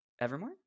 Evermore